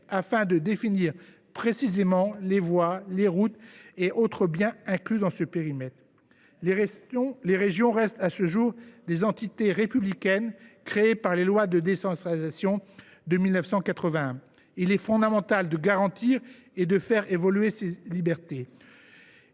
afin de définir finement les voies, routes et autres biens inclus dans ce périmètre. Les régions restent des entités républicaines créées par les lois de décentralisation de 1981. Il est fondamental de garantir et de faire évoluer leurs libertés.